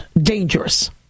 dangerous